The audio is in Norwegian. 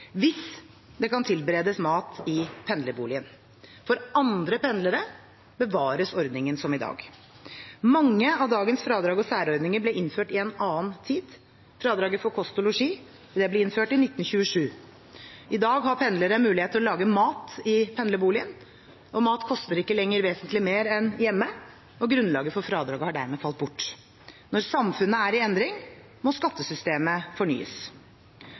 hvis det kan tilberedes mat i pendlerboligen. For andre pendlere bevares ordningen som i dag. Mange av dagens fradrag og særordninger ble innført i en annen tid. Fradraget for kost og losji ble innført i 1927. I dag har pendlere mulighet til å lage mat i pendlerboligen. Maten koster ikke lenger vesentlig mer enn hjemme, og grunnlaget for fradraget har dermed falt bort. Når samfunnet er i endring, må skattesystemet fornyes.